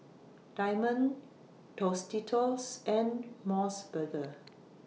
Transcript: Diamond Tostitos and Mos Burger